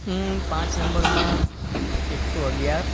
હમમ પાંચ નંબરમાં એકસો અગિયાર